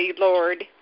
Lord